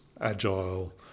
agile